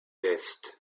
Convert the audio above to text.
list